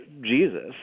jesus